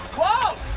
whoa!